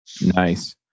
Nice